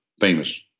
famous